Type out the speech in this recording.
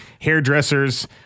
hairdressers